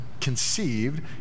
conceived